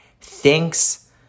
thinks